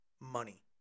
money